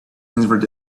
answered